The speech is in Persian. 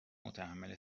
متحمل